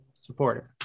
supportive